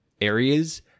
areas